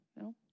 No